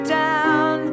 down